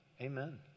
Amen